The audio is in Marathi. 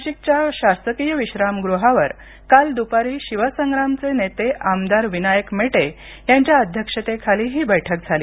नाशिकच्या शासकीय विश्रामगृहावर काल दुपारी शिवसंग्रामचे नेते आमदार विनायक मेटे यांच्या अध्यक्षतेखाली ही बैठक झाली